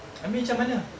abeh macam mana